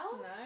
No